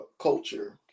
culture